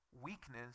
weakness